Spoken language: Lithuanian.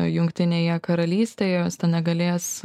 jungtinėje karalystėje jos ten negalės